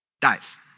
dies